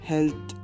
Health